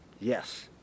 yes